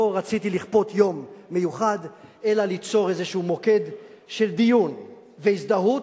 לא רציתי לכפות יום מיוחד אלא ליצור איזשהו מוקד של דיון והזדהות